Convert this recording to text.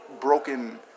broken